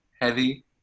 heavy